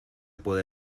puede